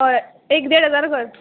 हय एक देड हजार कर